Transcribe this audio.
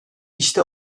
i̇şte